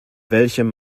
welchem